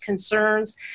concerns